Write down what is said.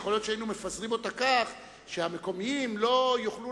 יכול להיות שהיינו מפזרים כך שהמקומיים לא יוכלו